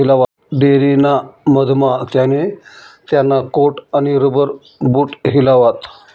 dairy ना मधमा त्याने त्याना कोट आणि रबर बूट हिलावात